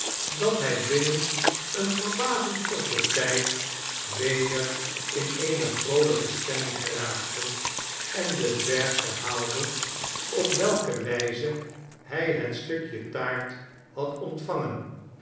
dat hij binnen een verbazend korten tijd weder in eene vroolijke stemming geraakte en den dwerg verhaalde op welke wijze hij het stukje taart had ontvangen